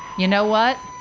you know what,